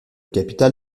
capital